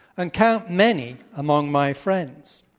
and count many among my friends.